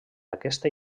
aquesta